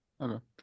Okay